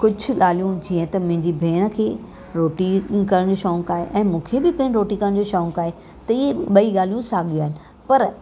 कुझु ॻाल्हियूं जींअ त मुंहिंजी भेण खे रोटी करण जो शौंक़ु आहे ऐं मूंखे बि रोटी करण जो शौंक़ु आहे त ॿई ॻाल्हियूं साॻियूं आहिनि पर